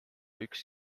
üks